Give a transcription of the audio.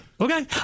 Okay